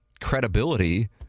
credibility